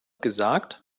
gesagt